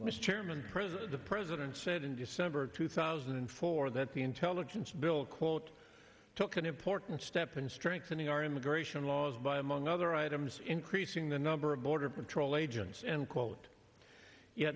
mr chairman president president said in december two thousand and four that the intelligence bill quote took an important step in strengthening our immigration laws by among other items increasing the number of border patrol agents and quote ye